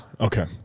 Okay